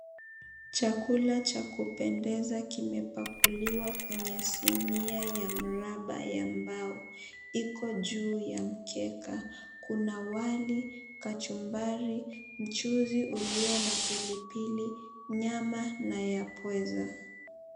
Chakula cha kupendeza kimepakuliwa kwenye sinia ya mraba ya mbao. Iko juu ya mkeka. Kuna wali, kachumbari, mchuzi ulio na pilipili, nyama na ya pweza.